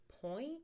point